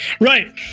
Right